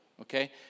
okay